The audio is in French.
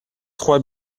trois